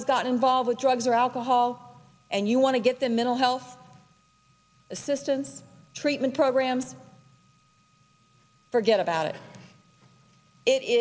has got involved with drugs or alcohol and you want to get the middle health assistance treatment program forget about it it is